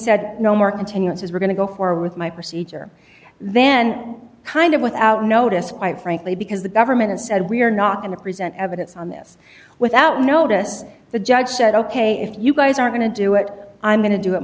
said no more continuances we're going to go forward with my procedure then kind of without notice quite frankly because the government has said we're not going to present evidence on this without notice the judge said ok if you guys are going to do it i'm going to do it